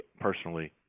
personally